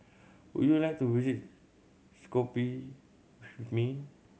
would you like to visit Skopje with me